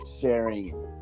sharing